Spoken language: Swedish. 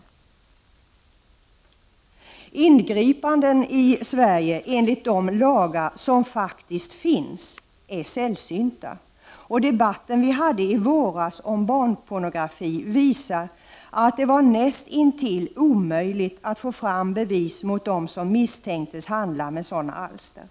Ingripanden i Sverige enligt de lagar som faktiskt finns är sällsynta. Den debatt vi förde i våras om barnpornografi visade att det är näst intill omöjligt — Prot. 1989/90:26 att få fram bevis mot dem som misstänks handla med sådana alster.